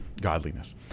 godliness